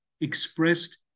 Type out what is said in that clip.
expressed